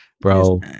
bro